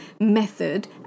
method